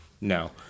No